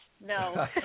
no